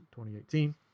2018